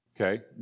okay